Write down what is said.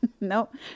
Nope